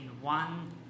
one